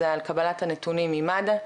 זה על קבלת נתונים ממד"א,